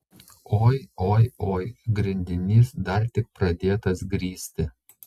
oi oi oi grindinys dar tik pradėtas grįsti